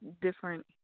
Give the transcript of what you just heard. different